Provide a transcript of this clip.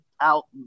out